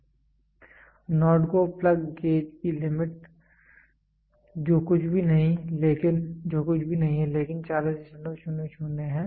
NOT GO plug gauge की limit जो कुछ भी नहीं है लेकिन 4000 है